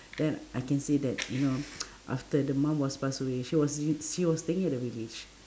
then I can say that you know after the mom was pass away she was r~ she was staying at the village